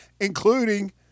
including